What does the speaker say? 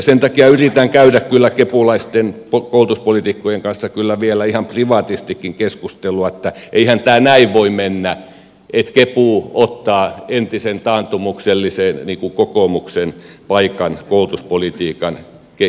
sen takia yritän käydä kyllä kepulaisten koulutuspoliitikkojen kanssa vielä ihan privaatistikin keskustelua että eihän tämä näin voi mennä että kepu ottaa entisen taantumuksellisen kokoomuksen paikan koulutuspolitiikan kehittämisessä